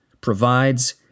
provides